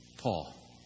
Paul